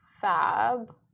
fab